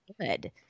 good